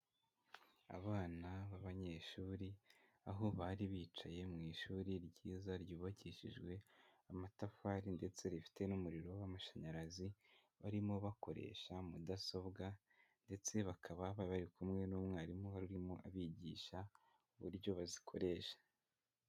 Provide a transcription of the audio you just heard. Abana b'abanyeshuri aho bari bicaye mu ishuri ryiza ryubakishijwe amatafari ndetse rifite n'umuriro w'amashanyarazi, barimo bakoresha mudasobwa ndetse bakaba ba bari kumwe n'umwarimu wari urimo abigisha uburyo bazikoresha.